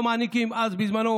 בזמנו,